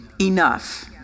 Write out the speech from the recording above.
enough